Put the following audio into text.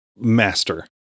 master